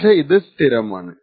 പക്ഷെ ഇത് സ്ഥിരമാണ്